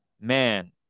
man